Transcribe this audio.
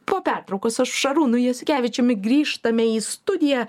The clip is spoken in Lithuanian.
po pertraukos su šarūnu jasiukevičiumi grįžtame į studiją